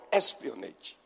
espionage